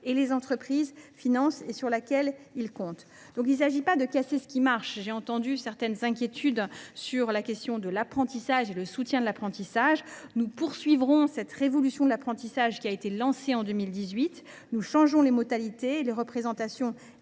et les entreprises financent et sur laquelle ils comptent. Il ne s’agit pas de casser ce qui marche ! J’ai entendu certaines inquiétudes s’exprimer sur la question de l’apprentissage et du soutien afférent… Nous poursuivrons la révolution de l’apprentissage qui a été lancée en 2018. Nous changeons les modalités, les représentations